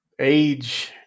Age